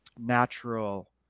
natural